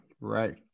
right